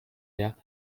der